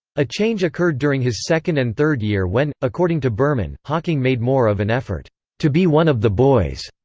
a change occurred during his second and third year when, according to berman, hawking made more of an effort to be one of the boys.